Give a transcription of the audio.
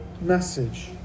message